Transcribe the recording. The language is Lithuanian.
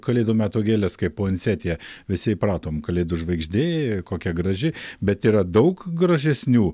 kalėdų meto gėles kaip puansetija visi įpratom kalėdų žvaigždė kokia graži bet yra daug gražesnių